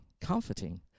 comforting